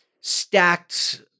stacked